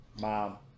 mom